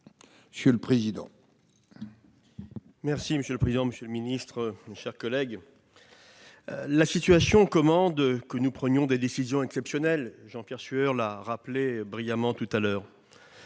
monsieur le président,